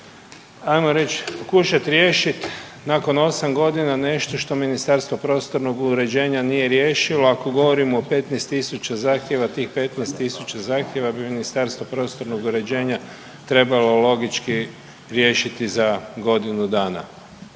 ajmo reći pokušat riješit nakon 8 godina nešto što Ministarstvo prostornog uređenja nije riješilo ako govorimo o 15.000 zahtjeva, tih 15.000 zahtjeva bi Ministarstvo prostornog uređenja bi trebalo logički riješiti za godinu dana